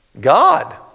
God